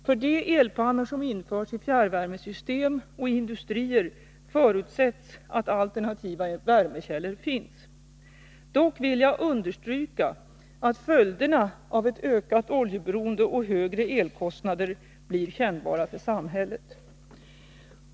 För de elpannor som införs i fjärrvärmesystem och i industrier förutsätts att alternativa värmekällor finns. Dock vill jag understryka att följderna av ett ökat oljeberoende och högre elkostnader blir kännbara för samhället.